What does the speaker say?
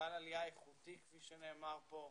כפי שנאמר כאן,